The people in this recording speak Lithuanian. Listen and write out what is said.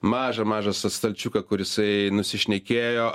mažą mažą tą stalčiuką kur jisai nusišnekėjo